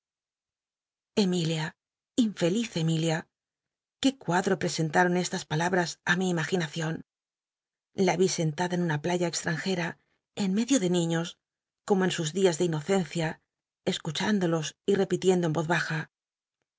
emilia infeliz emilia qué cuadro j'csent aron estas palabras t mj imaginacion la vi sentada en una playa extranjera en medio de ni iios como en sus días de inocencia cscuchündolos y repilicn lo en voz baja